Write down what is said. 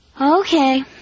Okay